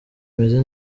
meze